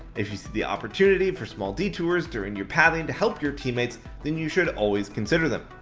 if you see the opportunity for small detours during your pathing to help your teammates, then you should always consider them.